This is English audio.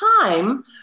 time